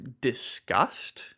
disgust